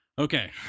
Okay